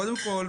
קודם כל,